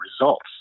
results